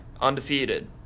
undefeated